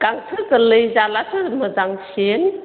गांसो गोरलै जाब्लासो मोजांसिन